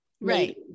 Right